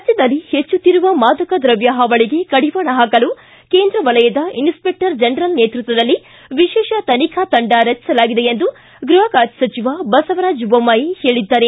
ರಾಜ್ಯದಲ್ಲಿ ಹೆಚ್ಚುತ್ತಿರುವ ಮಾದಕ ದ್ರವ್ಯ ಹಾವಳಗೆ ಕಡಿವಾಣ ಹಾಕಲು ಕೇಂದ್ರ ವಲಯದ ಇನ್ಸ್ಪೆಕ್ಟರ್ ಜನರಲ್ ನೇತೃತ್ವದಲ್ಲಿ ವಿಶೇಷ ತನಿಖಾ ತಂಡ ರಚಿಸಲಾಗಿದೆ ಎಂದು ಗೃಹ ಖಾತೆ ಸಚಿವ ಬಸವರಾಜ ಬೊಮ್ಮಾಯಿ ಹೇಳಿದ್ದಾರೆ